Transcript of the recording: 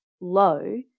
low